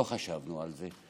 לא חשבנו על זה.